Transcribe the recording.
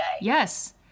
yes